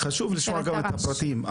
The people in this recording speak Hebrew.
חשוב לשמוע גם את הפרטים.